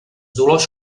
dolors